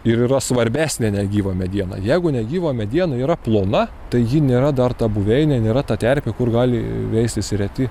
ir yra svarbesnė negyva mediena jeigu negyva mediena yra plona tai ji nėra dar ta buveinė nėra ta terpė kur gali veistis reti